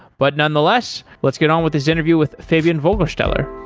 but nonetheless, let's get on with this interview with fabian vogelsteller.